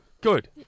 Good